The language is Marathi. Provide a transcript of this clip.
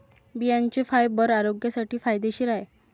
बियांचे फायबर आरोग्यासाठी फायदेशीर आहे